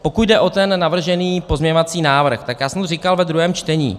Pokud jde o ten navržený pozměňovací návrh, tak já jsem to říkal ve druhém čtení.